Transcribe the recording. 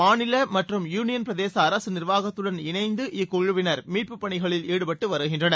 மாநில மற்றும் யூனியன்பிரதேச அரசு நிர்வாகத்துடன் இணைந்து இக்குழுவிளர் மீட்பு பணிகளில் ஈடுபட்டு வருகின்றனர்